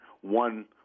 one